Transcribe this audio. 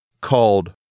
called